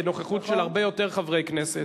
בנוכחות של הרבה יותר חברי כנסת,